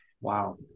Wow